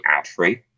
ad-free